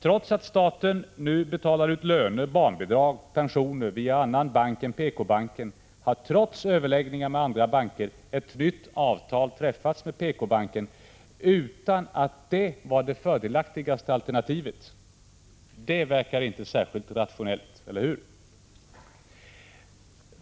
Trots att staten nu betalar ut löner, barnbidrag och pensioner via annan bank än PK-banken har, trots överläggningar med andra banker, ett nytt avtal träffats med PK-banken, trots att detta inte var det fördelaktigaste alternativet. Det verkar inte särskilt rationellt, eller hur?